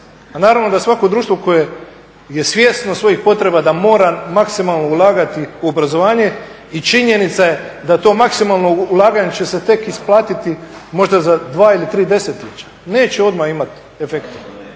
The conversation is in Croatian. naravno da svako društvo koje je svjesno svojih potreba da mora maksimalno ulagati u obrazovanje i činjenica je da to maksimalno ulaganje će se tek isplatiti možda za dva ili tri desetljeća, neće odmah imati efekta.